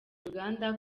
uganda